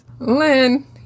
Lynn